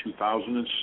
2006